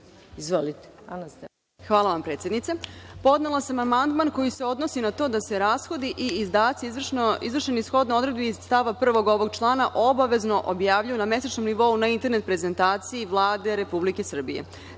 Hvala vam, predsednice. Podnela sam amandman koji se odnosi na to da se rashodi i izdaci, izvršeni shodno odredbi iz stava 1. ovog člana, obavezno objavljuju na mesečnom nivou na internet prezentaciji Vlade Republike Srbije.